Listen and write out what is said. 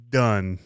done